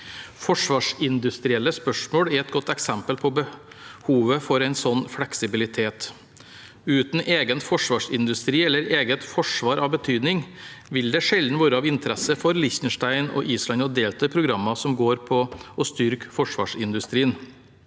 Forsvarsindustrielle spørsmål er et godt eksempel på behovet for å en slik fleksibilitet. Uten egen forsvarsindustri eller eget forsvar av betydning vil det sjelden være av interesse for Liechtenstein og Island å delta i programmer som går på å styrke forsvarsindustrien.